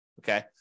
okay